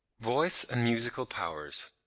voice and musical powers.